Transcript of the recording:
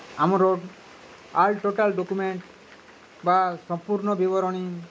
ଆମର all total document ବା ସମ୍ପୂର୍ଣ୍ଣ ବିବରଣୀ